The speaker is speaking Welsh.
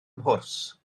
mhwrs